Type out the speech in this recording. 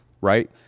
right